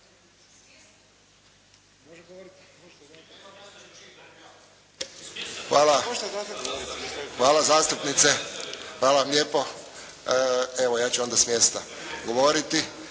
Hvala zastupnice. Hvala vam lijepo. Evo, ja ću onda s mjesta govoriti.